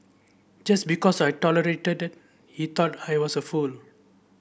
just because I tolerated he thought I was a fool